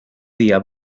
día